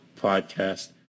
podcast